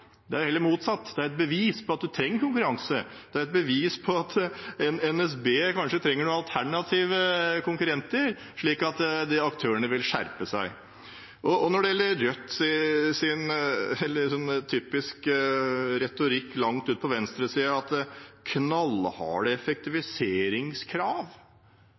Det er heller motsatt – det er et bevis på at en trenger konkurranse, det er et bevis på at NSB kanskje trenger noen alternative konkurrenter, slik at aktørene vil skjerpe seg. Når det gjelder Rødt: Det er typisk retorikk langt ute på venstresiden om knallharde effektiviseringskrav. Det er tydelig at representanten fra Rødt ikke har